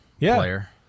player